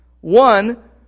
One